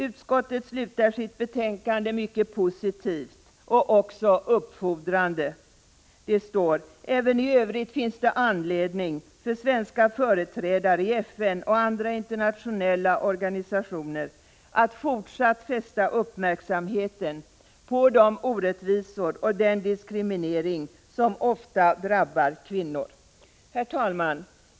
Utskottet slutar sitt betänkande mycket positivt och också uppfordrande: ”Även i övrigt finns det anledning för svenska företrädare i FN och andra internationella organisationer att fortsatt fästa uppmärksamheten på de orättvisor och den diskriminering som ofta drabbar kvinnor.” Herr talman!